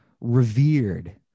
revered